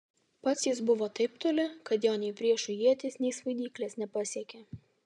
pats jis buvo taip toli kad jo nei priešų ietys nei svaidyklės nepasiekė